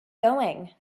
going